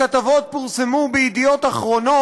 הכתבות פורסמו ב"ידיעות אחרות"